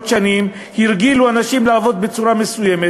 שנים הרגילו אנשים לעבוד בצורה מסוימת,